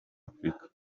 afurika